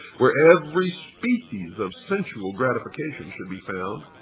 where every species of sensual gratification should be found,